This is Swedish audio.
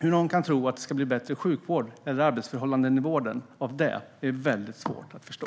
Hur de kan tro att det skulle bli bättre sjukvård eller bättre arbetsförhållanden i vården av det är väldigt svårt att förstå.